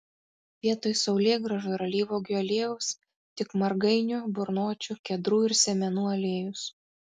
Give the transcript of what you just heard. vietoj saulėgrąžų ir alyvuogių aliejaus tik margainių burnočių kedrų ir sėmenų aliejus